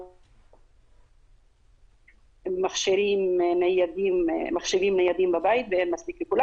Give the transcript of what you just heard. או מכשירים ניידים בבית ואין מספיק לכולם.